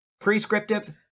Prescriptive